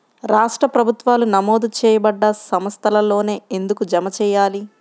రాష్ట్ర ప్రభుత్వాలు నమోదు చేయబడ్డ సంస్థలలోనే ఎందుకు జమ చెయ్యాలి?